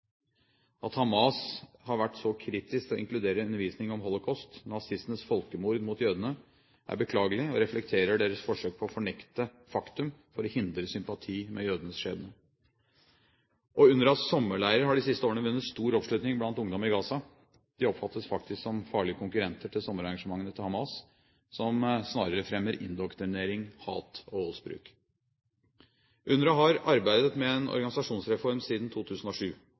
At Hamas har vært så kritisk til å inkludere undervisning om holocaust, nazistenes folkemord mot jødene, er beklagelig og reflekterer deres forsøk på å fornekte faktum for å hindre sympati med jødenes skjebne. Og: UNRWAs sommerleirer har de siste årene vunnet stor oppslutning blant ungdom i Gaza. De oppfattes faktisk som farlige konkurrenter til sommerarrangementene til Hamas, som snarere fremmer indoktrinering, hat og voldsbruk. UNRWA har arbeidet med en organisasjonsreform siden 2007.